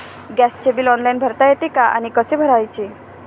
गॅसचे bill online भरता येते का आणि कसे भरायचे?